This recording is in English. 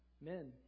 men